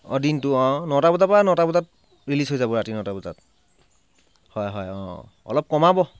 অঁ দিনটো অঁ নটা বজাৰপৰা নটা বজাত ৰিলিজ হৈ যাব নটা বজাত হয় হয় অঁ অলপ কমাব